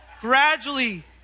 Gradually